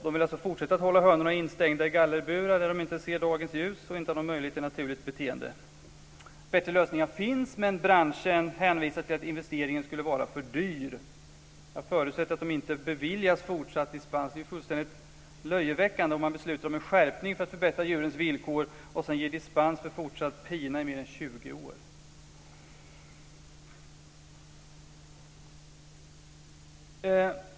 De vill fortsätta att hålla hönorna instängda i gallerburar där de inte ser dagens ljus och inte har någon möjlighet till ett naturligt beteende. Bättre lösningar finns, men branschen hänvisar till att investeringen skulle vara för dyr. Jag förutsätter att fortsatt dispens inte kommer att beviljas. Det är fullständigt löjeväckande att besluta om en skärpning för att förbättra djurens villkor och sedan ge dispens för fortsatt pina i mer än 20 år.